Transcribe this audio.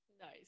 Nice